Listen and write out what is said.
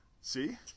see